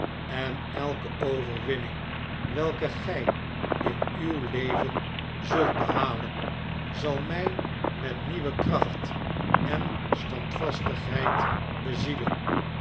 en elke overwinning welke gij in uw leven zult behalen zal mij met nieuwe kracht en standvastigheid bezielen